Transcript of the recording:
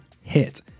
hit